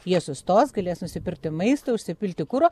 jie sustos galės nusipirkti maisto užsipilti kuro